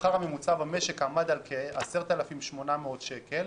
השכר הממוצע במשק עמד על כ-10,800 שקל,